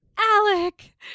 Alec